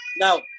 Now